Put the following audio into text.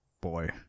boy